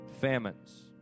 famines